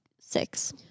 six